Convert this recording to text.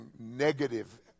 negative